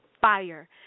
fire